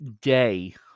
day